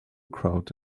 crowd